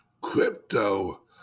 Crypto